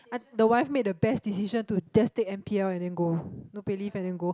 the wife made the best decision to just take N_P_L and then go no pay leave and then go